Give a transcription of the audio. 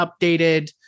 updated